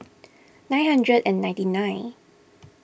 nine hundred and ninety nine